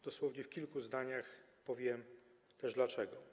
dosłownie w kilku zdaniach powiem dlaczego.